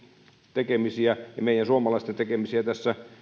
tekemisiä ja meidän suomalaisten tekemisiä tässä